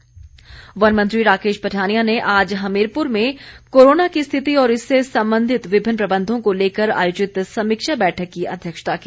पठानिया वनमंत्री राकेश पठानिया ने आज हमीरपुर में कोरोना की स्थिति और इससे संबंधित विभिन्न प्रबंधों को लेकर आयोजित समीक्षा बैठक की अध्यक्षता की